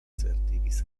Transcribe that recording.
certigis